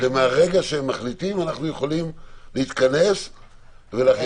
מהרגע שהם מחליטים אנחנו יכולים להתכנס ולהחליט.